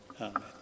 Amen